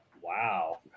Wow